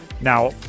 Now